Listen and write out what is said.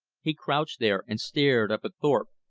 he crouched there and stared up at thorpe,